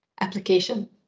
application